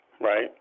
right